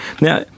Now